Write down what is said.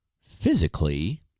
physically